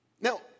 Now